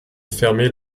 fermés